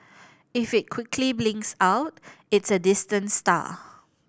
if it quickly blinks out it's a distant star